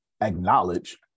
acknowledge